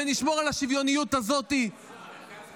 ונשמור על השוויוניות הזאת כחלק